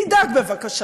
תדאג בבקשה